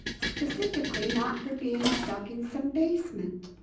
specifically not for being stuck in some basement.